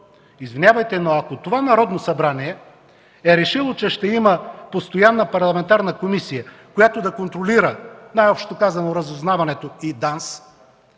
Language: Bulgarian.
извинявайте, но ако това Народно събрание е решило, че ще има постоянна парламентарна комисия, която да контролира, най-общо казано, разузнаването и ДАНС